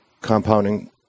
Compounding